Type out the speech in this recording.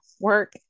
work